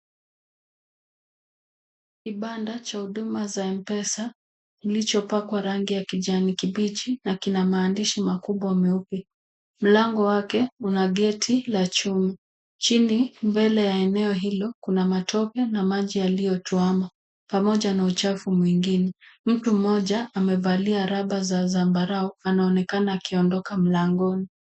Kibanda cha huduma za Mpesa, kilichopakwa rangi ya kijani kibichi, na kina maandishi makubwa meupe. Mlango wake, una geti la chuma. Chini mbele ya eneo hilo kuna matope na maji yaliyokwama pamoja na uchafu mwingine. Mtu mmoja amevalia raba za zambarau anaonekana akiondoka mlangoni.